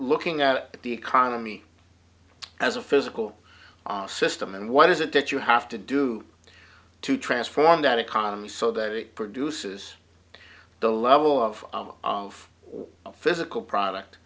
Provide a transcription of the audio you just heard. looking at the economy as a physical system and what is it that you have to do to transform that economy so that it produces the level of of a physical product